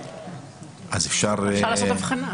אפשר לעשות הבחנה.